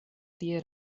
tie